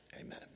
Amen